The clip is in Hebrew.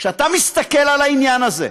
כשאתה מסתכל על העניין הזה,